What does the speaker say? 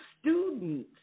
students